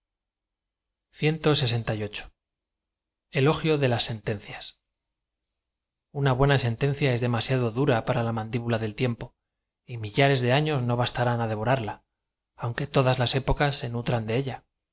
l o g i o de la sentencias una buena sentencia es demasiado dura para la mandíbula del tiempo y millares de aflos no bastarán á devorarla aunque todas las épocas se nutran de ella